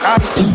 ice